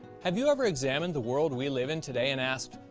have you ever examined the world we live in today and asked,